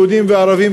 יהודים וערבים,